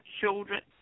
children